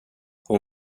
hon